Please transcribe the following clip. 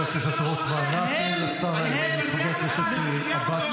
חבר הכנסת רוטמן, נא לאפשר לחבר הכנסת עבאס לדבר.